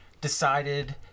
decided